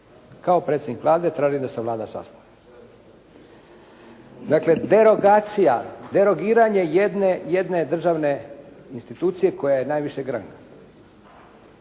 Kao predsjednik Vlade tražim da se Vlada sastane. Dakle, derogacija, derogiranje jedne državne institucija koja je najvišeg ranga.